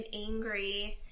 angry